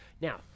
now